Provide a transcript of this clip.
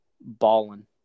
ballin